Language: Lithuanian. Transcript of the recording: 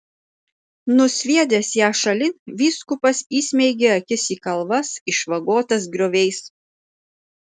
nusviedęs ją šalin vyskupas įsmeigė akis į kalvas išvagotas grioviais